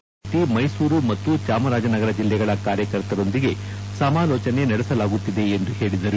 ಅದೇ ರೀತಿ ಮೈಸೂರು ಮತ್ತು ಚಾಮರಾಜನಗರ ಜಿಲ್ಲೆಗಳ ಕಾರ್ಯಕರ್ತರೊಂದಿಗೆ ಸಮಾಲೋಚನೆ ನಡೆಸಲಾಗುತ್ತಿದೆ ಎಂದು ಹೇಳಿದರು